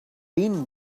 been